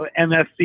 MFC